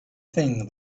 thing